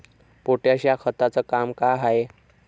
Potash या खताचं काम का हाय?